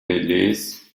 relais